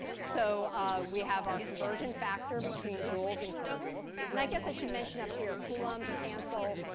so we have our conversion factor between joules and kilojoules. and i guess i should mention up here coulombs cancel,